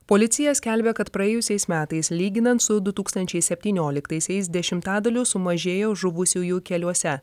policija skelbia kad praėjusiais metais lyginant su du tūkstančiai septynioliktaisiais dešimtadaliu sumažėjo žuvusiųjų keliuose